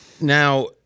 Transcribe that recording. Now